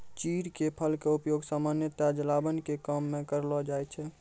चीड़ के फल के उपयोग सामान्यतया जलावन के काम मॅ करलो जाय छै